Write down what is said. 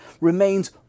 remains